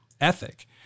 ethic